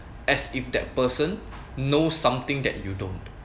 as if that person know something that you don't